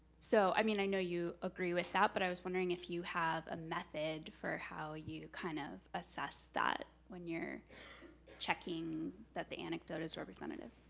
so i mean i know you agree with that, but i was wondering if you have a method for how you kind of assess that when you're checking that the anecdote is representative.